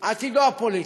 עתידו הפוליטי.